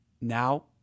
Now